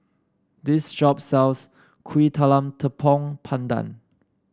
this shop sells Kuih Talam Tepong Pandan